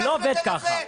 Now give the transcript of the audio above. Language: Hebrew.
זה לא עובד ככה.